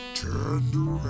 tender